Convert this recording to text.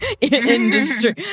Industry